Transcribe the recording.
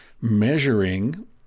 measuring